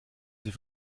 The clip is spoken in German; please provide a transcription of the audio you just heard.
sie